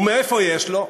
ומאיפה יש לו?